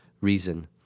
Reason